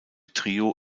trio